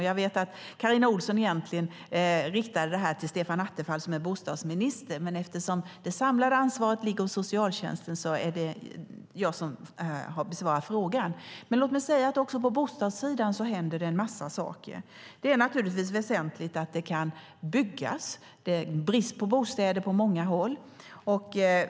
Jag vet att Carina Ohlsson egentligen riktade den här interpellationen till Stefan Attefall som är bostadsminister, men eftersom det samlade ansvaret ligger hos socialtjänsten är det jag som besvarar frågan. Låt mig säga att också på bostadssidan händer det en massa saker. Det är naturligtvis väsentligt att det kan byggas. Det råder brist på bostäder på många håll.